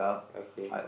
okay